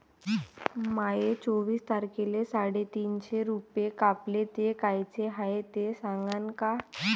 माये चोवीस तारखेले साडेतीनशे रूपे कापले, ते कायचे हाय ते सांगान का?